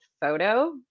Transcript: photo